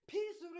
Peace